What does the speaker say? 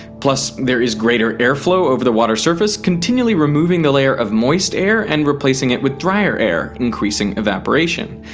plus, there is greater air flow over the water's surface continually removing the layer of moist air and replacing it with dryer air, increasing evaporation.